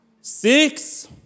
six